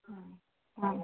ହଁ ହଁ